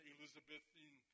Elizabethan